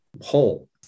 whole